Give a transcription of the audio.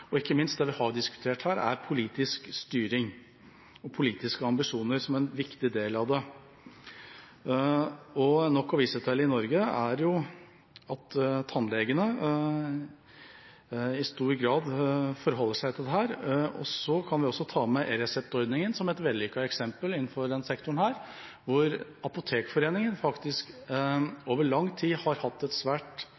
og ikke minst det vi har diskutert her, nemlig politisk styring og politiske ambisjoner som en viktig del av det. I Norge er det nok å vise til at tannlegene i stor grad forholder seg til dette. Vi kan også ta med e-reseptordningen som et vellykket eksempel innenfor denne sektoren, hvor Apotekforeningen faktisk